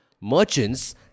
Merchants